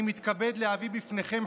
אני מתכבד להביא בפניכם,